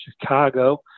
Chicago